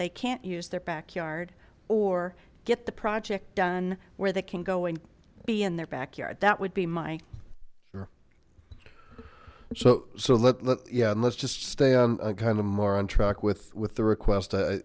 they can't use their back yard or get the project done where they can go and be in their backyard that would be my so so let yeah and let's just stay on kind of more on track with with the request